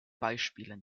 beispiele